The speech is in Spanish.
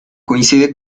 coincide